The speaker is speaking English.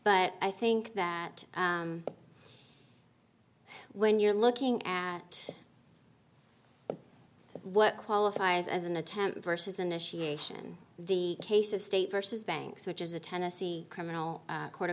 but i think that when you're looking at what qualifies as an attempt versus initiation the case of state versus banks which is a tennessee criminal